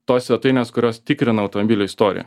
tos svetainės kurios tikrina automobilių istoriją